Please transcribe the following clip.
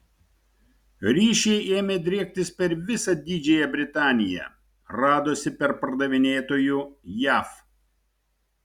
ryšiai ėmė driektis per visą didžiąją britaniją radosi perpardavinėtojų jav